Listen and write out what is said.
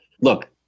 Look